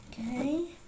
Okay